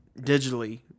digitally